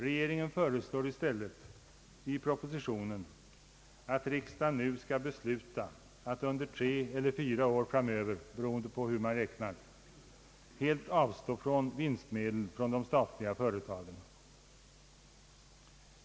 Regeringen föreslår i stället i propositionen att riksdagen nu skall besluta att under tre eller fyra år framöver — beroende på hur man räknar — helt avstå från vinstmedel från de statliga företagen.